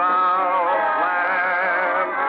Southland